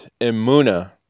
emuna